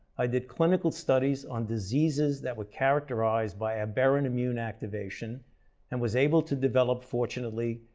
i did clinical studies on diseases that were characterized by aberrant immune activation and was able to develop, fortunately,